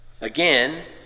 Again